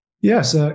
Yes